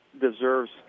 deserves